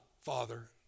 Father